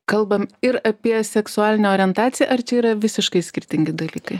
kalbam ir apie seksualinę orientaciją ar čia yra visiškai skirtingi dalykai